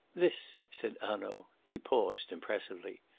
this, said hanaud. he paused impressively.